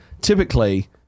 typically